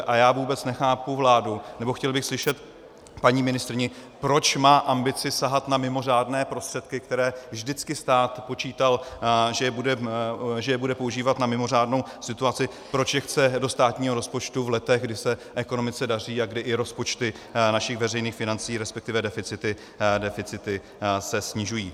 A já vůbec nechápu vládu, nebo chtěl bych slyšet paní ministryni, proč má ambici sahat na mimořádné prostředky, u kterých vždycky stát počítal, že je bude používat na mimořádnou situaci, proč je chce do státního rozpočtu v letech, kdy se ekonomice daří a kdy i rozpočty našich veřejných financí, resp. deficity se snižují.